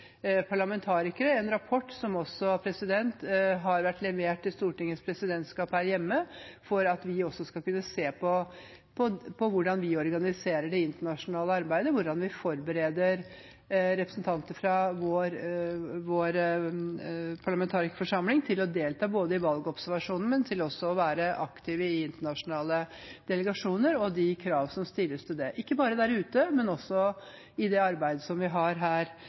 parlamentarikere. Det står i en rapport som har vært levert til Stortingets presidentskap, for at vi skal kunne se på hvordan vi organiserer det internasjonale arbeidet, hvordan vi forbereder representanter fra vår parlamentarikerforsamling til å delta både i valgobservasjonen og til å være aktive i internasjonale delegasjoner – de krav som stilles til det, ikke bare der ute, men også i det arbeidet vi har her